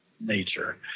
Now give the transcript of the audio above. nature